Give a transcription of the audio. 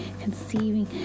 conceiving